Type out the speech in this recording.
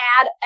add